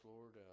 Lord